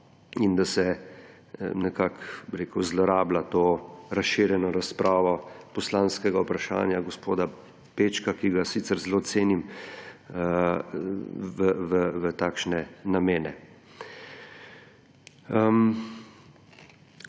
in da se nekako, bi rekel, zlorablja to razširjeno razpravo poslanskega vprašanja gospoda Pečka, ki ga sicer zelo cenim, v takšne namene.